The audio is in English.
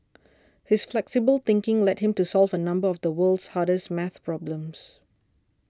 his flexible thinking led him to solve a number of the world's hardest math problems